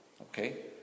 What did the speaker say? okay